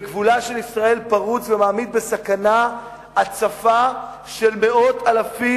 וגבולה של ישראל פרוץ ומעמיד בסכנה הצפה של מאות אלפי